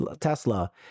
Tesla